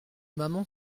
maman